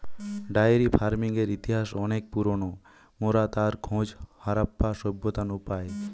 diary ফার্মিংয়ের ইতিহাস অনেক পুরোনো, মোরা তার খোঁজ হারাপ্পা সভ্যতা নু পাই